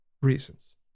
Reasons